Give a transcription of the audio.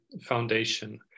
Foundation